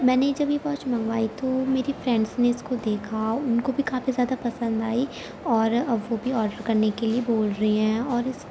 میں نے جب یہ واچ منگوائی تو میری فرینڈس نے اس کو دیکھا ان کو بھی کافی زیادہ پسند آئی اور اب وہ بھی آرڈر کرنے کے لیے بول رہی ہیں اور اس